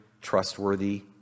trustworthy